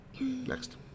Next